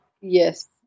Yes